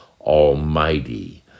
Almighty